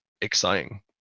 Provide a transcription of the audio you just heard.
exciting